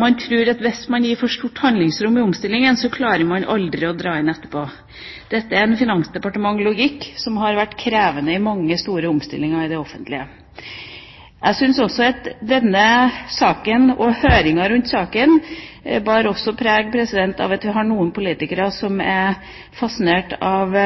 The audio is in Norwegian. Man tror at hvis man gir for stort handlingsrom i omstillingen, klarer man aldri å dra det inn etterpå. Dette er en finansdepartementlogikk som har vært krevende i mange store omstillinger i det offentlige. Jeg syns denne saken og høringen rundt saken også bærer preg av at vi har noen politikere som er fascinert av